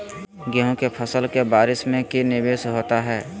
गेंहू के फ़सल के बारिस में की निवेस होता है?